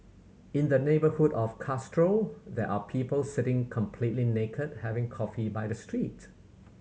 in the neighbourhood of Castro there are people sitting completely naked having coffee by the street